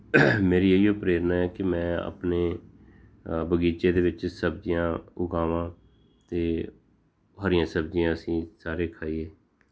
ਮੇਰੀ ਇਹੀਓ ਪ੍ਰੇਰਨਾ ਹੈ ਕਿ ਮੈਂ ਆਪਣੇ ਬਗੀਚੇ ਦੇ ਵਿੱਚ ਸਬਜ਼ੀਆਂ ਉਗਾਵਾਂ ਅਤੇ ਹਰੀਆਂ ਸਬਜ਼ੀਆਂ ਅਸੀਂ ਸਾਰੇ ਖਾਈਏ